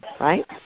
right